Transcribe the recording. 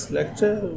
lecture